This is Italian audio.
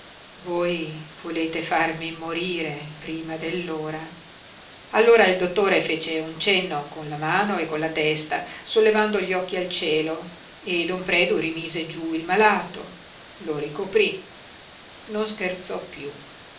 voi volete farmi morire prima dell'ora allora il dottore fece un cenno con la mano e con la testa sollevando gli occhi al cielo e don predu rimise giú il malato lo ricoprí non scherzò piú